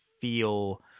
feel